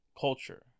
culture